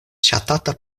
ŝatata